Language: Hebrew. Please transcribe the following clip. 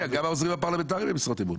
גם העוזרים הפרלמנטריים הם במשרות אמון.